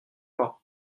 pas